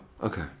Okay